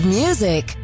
music